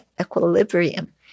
equilibrium